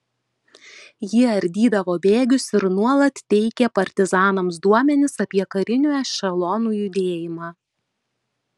ji ardydavo bėgius ir nuolat teikė partizanams duomenis apie karinių ešelonų judėjimą